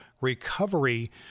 recovery